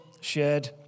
shared